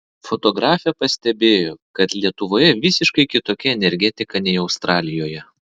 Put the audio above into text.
fotografė pastebėjo kad lietuvoje visiškai kitokia energetika nei australijoje